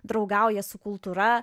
draugauja su kultūra